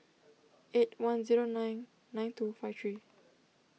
eight one zero nine nine two five three